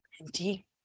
Empty